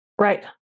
right